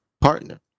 partner